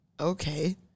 Okay